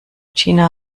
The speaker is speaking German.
gina